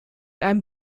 einem